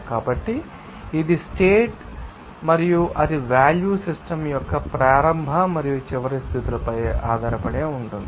కాబట్టి ఇది స్టేట్ విధి మరియు దాని వాల్యూ సిస్టమ్ యొక్క ప్రారంభ మరియు చివరి స్థితులపై మాత్రమే ఆధారపడి ఉంటుంది